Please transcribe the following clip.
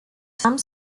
some